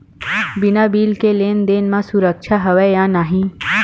बिना बिल के लेन देन म सुरक्षा हवय के नहीं?